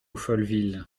folleville